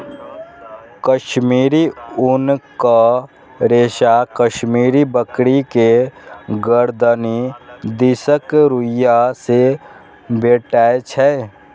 कश्मीरी ऊनक रेशा कश्मीरी बकरी के गरदनि दिसक रुइयां से भेटै छै